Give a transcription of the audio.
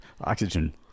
oxygen